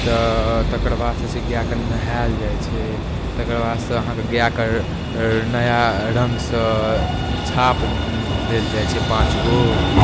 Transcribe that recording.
तऽ तकर बादसँ गायकेँ नहाएल जाइ छै तकर बादसँ अहाँकेँ गायकेँ नया रङ्गसँ छाप देल जाइ छै पाँच गो